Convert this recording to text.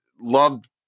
loved